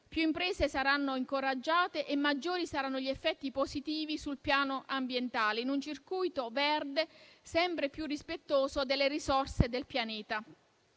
Più imprese saranno incoraggiate e maggiori saranno gli effetti positivi sul piano ambientale, in un circuito verde sempre più rispettoso delle risorse del pianeta.